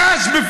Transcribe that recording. קש,